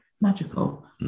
magical